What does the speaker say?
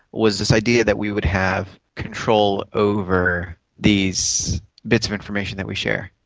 was this idea that we would have control over these bits of information that we share.